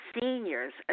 seniors